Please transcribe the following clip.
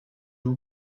vous